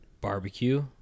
barbecue